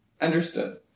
Understood